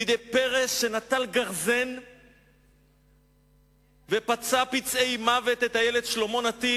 בידי פרא שנטל גרזן ופצע פצעי מוות את הילד שלמה נתיב,